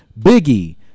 Biggie